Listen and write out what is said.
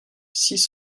six